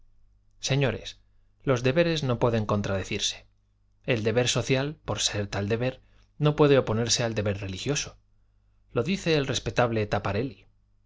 señores los deberes no pueden contradecirse el deber social por ser tal deber no puede oponerse al deber religioso lo dice el respetable taparelli